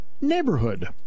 neighborhood